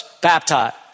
baptized